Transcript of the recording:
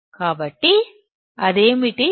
కాబట్టి అది ఏమిటి